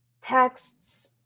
texts